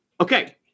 Okay